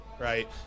right